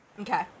Okay